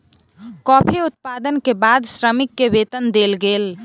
coffee उत्पादन के बाद श्रमिक के वेतन देल गेल